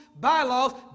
bylaws